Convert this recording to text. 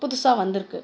புதுசாக வந்துருக்குது